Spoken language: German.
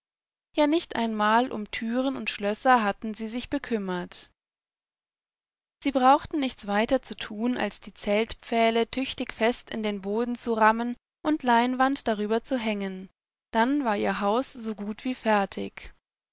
ja nicht einmal um türen und schlösser hatten sie sich bekümmert sie brauchten nichts weiter zu tun als die zeltpfähle tüchtig fest in den boden zu rammen und leinwand darüber zu hängen dann war ihr haus so gut wie fertig